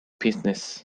business